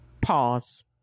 Pause